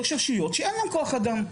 יש רשויות שאין להן כוח אדם,